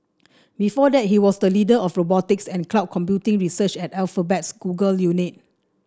before that he was the leader of robotics and cloud computing research at Alphabet's Google unit